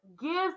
gives